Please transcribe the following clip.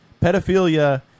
pedophilia